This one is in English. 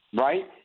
right